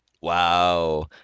Wow